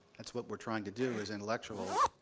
that's what we're trying to do as intellectuals,